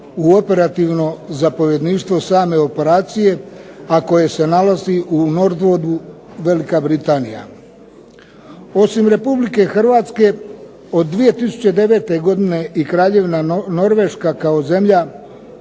u operativno zapovjedništvo same operacije, a koje se nalazi u Northwoodu Velika Britanija. Osim Republike Hrvatske od 2009. godine i Kraljevina Norveška kao zemlja